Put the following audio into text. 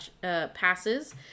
passes